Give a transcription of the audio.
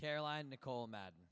caroline nicole mad